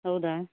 ಹೌದಾ